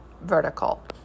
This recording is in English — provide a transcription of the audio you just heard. vertical